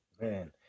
Man